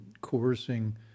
coercing